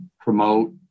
promote